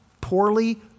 poorly